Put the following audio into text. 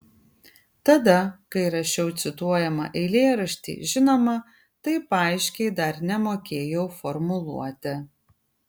tada kai rašiau cituojamą eilėraštį žinoma taip aiškiai dar nemokėjau formuluoti